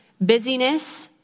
busyness